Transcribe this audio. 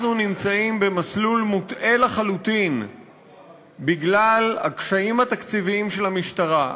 אנחנו נמצאים במסלול מוטעה לחלוטין בגלל הקשיים התקציביים של המשטרה,